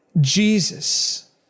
Jesus